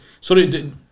Sorry